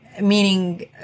meaning